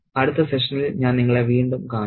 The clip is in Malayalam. അടുത്ത സെഷനിൽ ഞാൻ നിങ്ങളെ വീണ്ടും കാണും